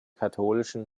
katholischen